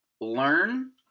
learn